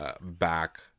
back